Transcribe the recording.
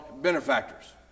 benefactors